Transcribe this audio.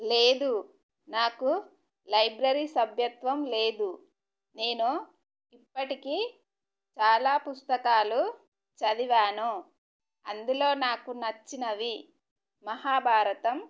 లేదు నాకు లైబ్రరీ సభ్యత్వం లేదు నేను ఇప్పటికీ చాలా పుస్తకాలు చదివాను అందులో నాకు నచ్చినవి మహాభారతం